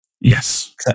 Yes